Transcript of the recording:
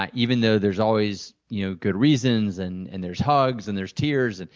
ah even though there's always you know good reasons and and there's hugs and there's tears,